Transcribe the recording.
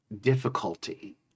difficulty